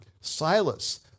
Silas